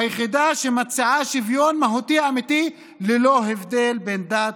היחידה שמציעה שוויון מהותי אמיתי ללא הבדלי בין דת,